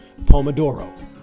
Pomodoro